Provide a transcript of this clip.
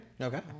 Okay